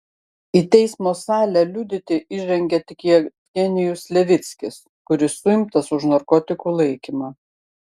į teismo salę liudyti įžengė tik jevgenijus levickis kuris suimtas už narkotikų laikymą